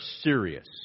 serious